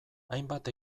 hainbat